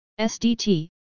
SDT